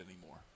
anymore